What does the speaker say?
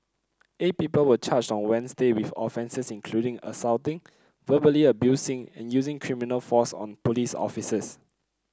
eight people were charged on Wednesday with offences including assaulting verbally abusing and using criminal force on police officers